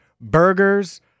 burgers